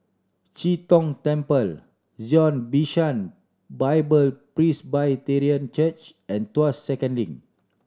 Chee Tong Temple Zion Bishan Bible Presbyterian Church and Tuas Second Link